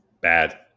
bad